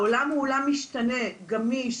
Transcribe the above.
העולם הוא עולם משתנה, גמיש.